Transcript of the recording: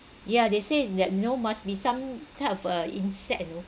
yeah they said that you know must be some type of a insect you know